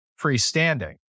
freestanding